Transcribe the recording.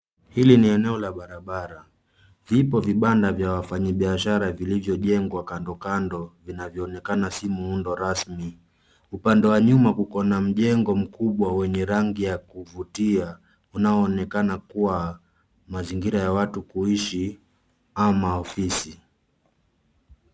Hili ni eneo la barabara. Vipo vibanda vya wafanyibiashara vilivyojengwa kando kando, vinavyoonekana si muundo rasmi. Upande wa nyuma kuko na mjengo mkubwa wenye rangi ya kuvutia unaoonekana kuwa mazingira ya watu kuishi ama ofisi.